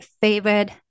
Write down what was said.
favorite